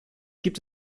gibt